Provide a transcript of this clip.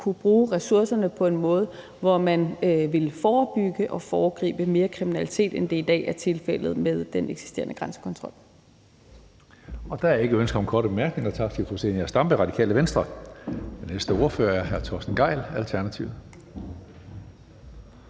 kunne bruge ressourcerne på en måde, hvor man ville forebygge og foregribe mere kriminalitet, end det i dag er tilfældet med den eksisterende grænsekontrol.